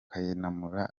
kayinamura